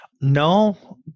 No